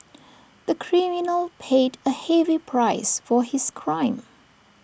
the criminal paid A heavy price for his crime